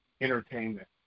entertainment